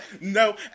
No